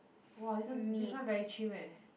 !wah! this one this one very chim eh